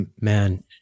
Man